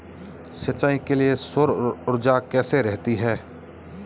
सिंचाई के लिए सौर ऊर्जा कैसी रहती है?